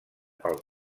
pel